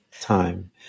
time